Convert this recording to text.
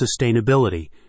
sustainability